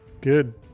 Good